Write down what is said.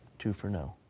two for no.